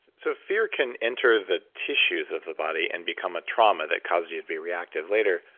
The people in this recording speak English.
so, fear can enter the tissues of the body and become a trauma that causes you to be reactive later.